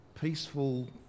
peaceful